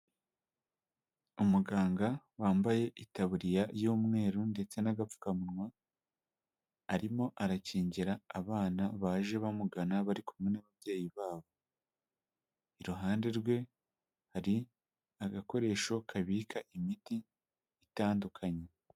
Umuganga wambaye itaburiya y'umweru ndetse n'agapfukamunwa arimo arakingira abana baje bamugana bari kumwe n'ababyeyi babo iruhande rwe hari agakoresho kabika imiti itandukanye.